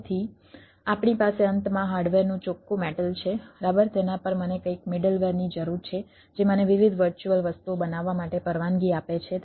તેથી આપણી પાસે અંતમાં હાર્ડવેરનું ચોખ્ખું મેટલ ની જરૂર છે જે મને વિવિધ વર્ચ્યુઅલ વસ્તુઓ બનાવવા માટે પરવાનગી આપે છે